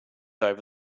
over